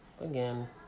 Again